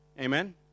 Amen